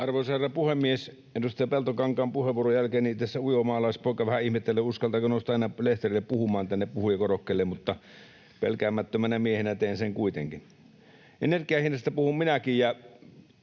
Arvoisa herra puhemies! Edustaja Peltokankaan puheenvuoron jälkeen tässä ujo maalaispoika vähän ihmettelee, uskaltaako nousta enää lehterille puhumaan tänne puhujakorokkeelle, mutta pelkäämättömänä miehenä teen sen kuitenkin. Energian hinnasta puhun minäkin,